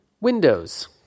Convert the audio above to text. Windows